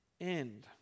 end